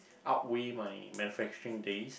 outweigh my days